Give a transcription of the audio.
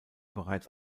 bereits